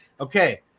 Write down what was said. Okay